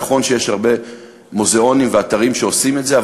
נכון שיש הרבה מוזיאונים ואתרים שעושים את זה,